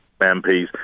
MPs